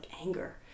anger